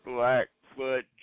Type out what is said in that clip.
Blackfoot